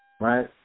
right